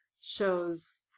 shows